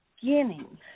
beginning